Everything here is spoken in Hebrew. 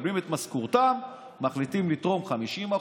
מקבלים את משכורתם ומחליטים לתרום 50%,